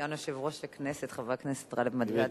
סגן יושב-ראש הכנסת חבר הכנסת גאלב מג'אדלה,